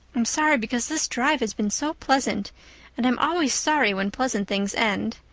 i'm sorry because this drive has been so pleasant and i'm always sorry when pleasant things end.